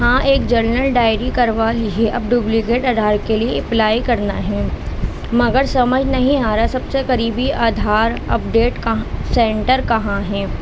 ہاں ایک general diary کروا لی ہے اب ڈپلیکیٹ ادھار کے لیے اپلائی کرنا ہے مگر سمجھ نہیں آ رہا سب سے قریبی آدھار اپڈیٹ سینٹر کہاں ہے